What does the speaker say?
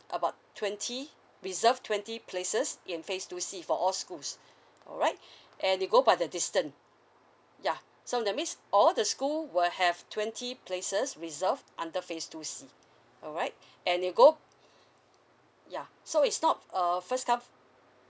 about twenty reserve twenty places in phase two C for all schools alright and they go by the distance ya so that means all the school will have twenty places reserved under phase two C alright and you go ya so it's not uh first come